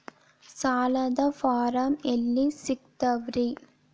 ಸಾಲದ ಫಾರಂ ಎಲ್ಲಿ ಸಿಕ್ತಾವ್ರಿ?